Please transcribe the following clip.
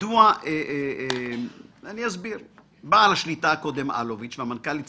מדוע בעל השליטה הקודם אלוביץ' והמנכ"לית